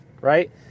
right